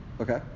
Okay